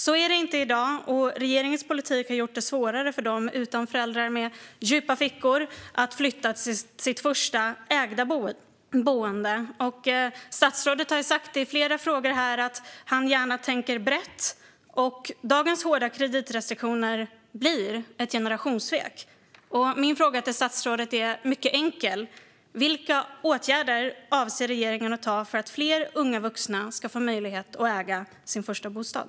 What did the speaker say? Så är det inte i dag, och regeringens politik har gjort det svårare för dem utan föräldrar med djupa fickor att flytta till sitt första ägda boende. Statsrådet har som svar på flera frågor sagt att han gärna tänker brett. Dagens hårda kreditrestriktioner blir ett generationssvek. Min fråga till statsrådet är mycket enkel: Vilka åtgärder avser regeringen att vidta för att fler unga vuxna ska få möjlighet att äga sin första bostad?